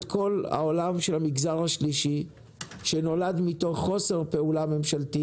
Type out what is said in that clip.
כל העולם של המגזר השלישי שנולד מתוך חוסר פעולה ממשלתי